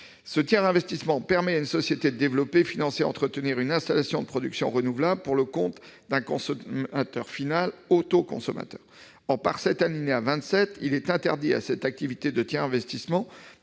Ce tiers-investissement permet à une société de développer, financer et entretenir une installation de production renouvelable pour le compte d'un consommateur final autoconsommateur. Or, par l'alinéa 27 de l'article 6 A, il est interdit à cette activité de tiers-investissement